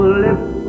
lips